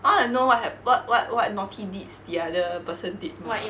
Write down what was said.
I wanna know what hap~ what what what naughty deeds the other person did mah